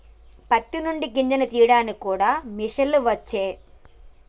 పత్తి నుండి గింజను తీయడానికి కూడా మిషన్లు వచ్చే